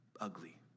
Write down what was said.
ugly